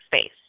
space